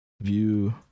View